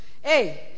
hey